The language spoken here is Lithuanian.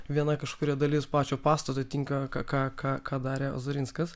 viena kažkuri dalis pačio pastato tinka ką ką ką darė ozarinskas